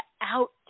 out